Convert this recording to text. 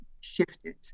shifted